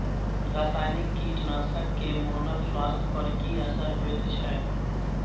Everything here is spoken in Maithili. रसायनिक कीटनासक के मानव स्वास्थ्य पर की असर होयत छै?